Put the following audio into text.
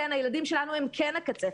כן הילדים שלנו הם כן הקצפת.